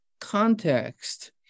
context